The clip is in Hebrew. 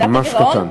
אבל ממש קטן.